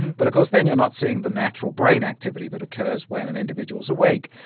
but, of course, then you're not seeing the natural brain activity that occurs when an individual's awake.